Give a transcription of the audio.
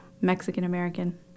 Mexican-American